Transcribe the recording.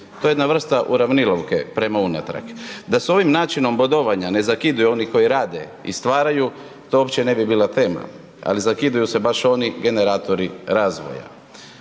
to je jedna vrsta uravnilovke prema unatrag. Da se ovim način bodovanja ne zakidaju oni koji rade i stvaraju, to uopće ne bi bila tema ali zakidaju se baš oni generatori razvoja.